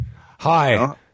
Hi